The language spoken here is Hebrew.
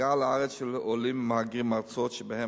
הגעה לארץ של עולים ומהגרים מארצות שבהן